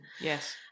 Yes